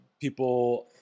people